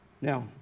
Now